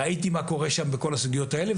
ראיתי מה קורה שם בכל הסוגיות האלה.